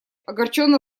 огорченно